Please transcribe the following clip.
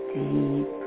deep